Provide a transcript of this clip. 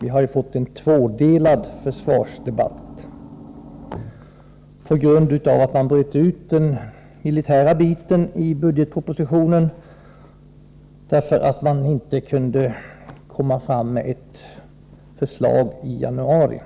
Vi har fått en tvådelad försvarsdebatt på grund av att de militära frågorna bröts ut ur budgetpropositionen därför att man inte kunde presentera ett förslag i den delen i januari.